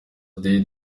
day